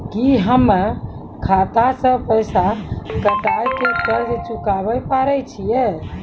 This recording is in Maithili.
की हम्मय खाता से पैसा कटाई के कर्ज चुकाबै पारे छियै?